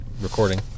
recording